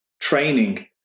training